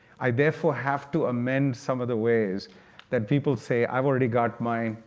i therefore have to amend some of the ways that people say i've already got mine.